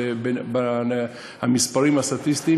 במספרים הסטטיסטיים,